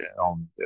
on